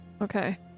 Okay